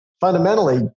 fundamentally